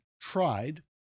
tried